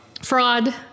Fraud